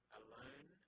alone